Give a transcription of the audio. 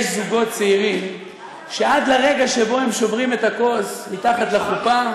יש זוגות צעירים שעד לרגע שבו הם שוברים את הכוס מתחת לחופה,